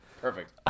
Perfect